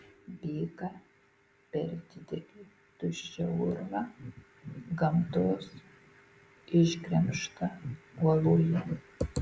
bėga per didelį tuščią urvą gamtos išgremžtą uoloje